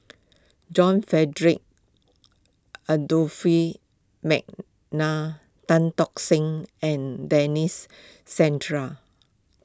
John Frederick Adolphus McNair Tan Tock Seng and Denis Santry